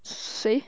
谁